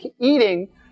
eating